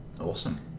awesome